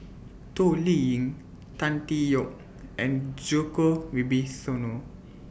Toh Liying Tan Tee Yoke and Djoko Wibisono